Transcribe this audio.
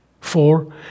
Four